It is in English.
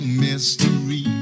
mystery